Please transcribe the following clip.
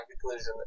conclusion